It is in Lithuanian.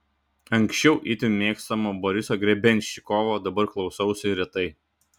anksčiau itin mėgstamo boriso grebenščikovo dabar klausausi retai